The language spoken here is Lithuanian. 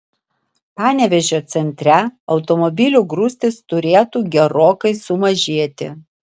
panevėžio centre automobilių grūstys turėtų gerokai sumažėti